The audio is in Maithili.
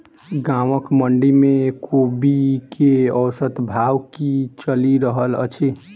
गाँवक मंडी मे कोबी केँ औसत भाव की चलि रहल अछि?